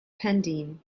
pending